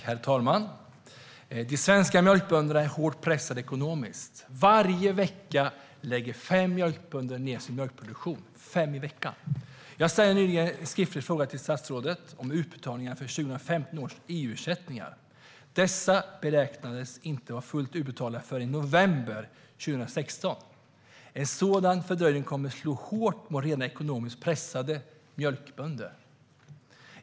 Herr talman! De svenska mjölkbönderna är hårt pressade ekonomiskt. Varje vecka lägger fem mjölkbönder ned sin mjölkproduktion. Jag ställde nyligen en skriftlig fråga till statsrådet om utbetalningarna av 2015 års EU-ersättningar. Dessa beräknas inte vara fullt utbetalda förrän i november 2016. En sådan fördröjning kommer att slå hårt mot redan ekonomiskt pressade mjölkbönder.